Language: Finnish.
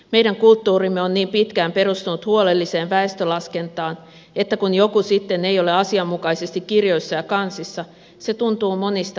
meidän kulttuurimme on niin pitkään perustunut huolelliseen väestölaskentaan että kun joku sitten ei ole asianmukaisesti kirjoissa ja kansissa se tuntuu monista epämukavalta